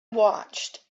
watched